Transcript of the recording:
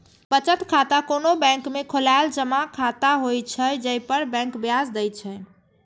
बचत खाता कोनो बैंक में खोलाएल जमा खाता होइ छै, जइ पर बैंक ब्याज दै छै